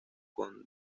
con